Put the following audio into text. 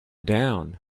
down